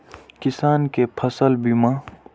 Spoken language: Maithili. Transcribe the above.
किसान कै फसल बीमा?